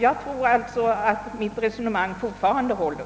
Jag tror alltså fortfarande att mitt resonemang håller.